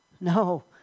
No